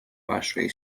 вашої